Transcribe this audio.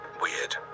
weird